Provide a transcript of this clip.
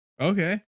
Okay